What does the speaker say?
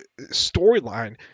storyline